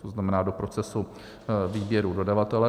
To znamená do procesu výběru dodavatele.